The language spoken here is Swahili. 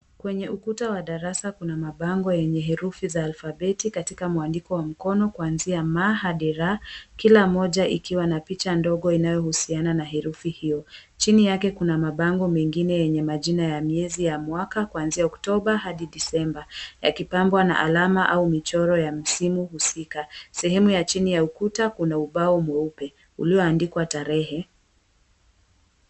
Kwenye ukuta wa darasa kuna mabango yenye herufi za alfabeti katika mwandiko wa mkono kuanzia Ma hadi Ra, kila mmoja ikiwa na picha ndogo inayohusiana na herufi hiyo. Chini yake kuna mabango mengine yenye majina ya miezi ya mwaka kuanzia Oktoba hadi Disemba, yakipambwa na alama au michoro ya msimu husika. Sehemu ya chini ya ukuta kuna ubao mweupe ulioandikwa tarehe.